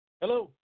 Hello